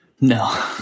No